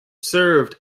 served